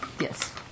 Yes